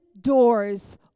doors